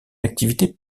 activité